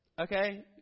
okay